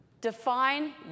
define